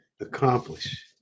accomplish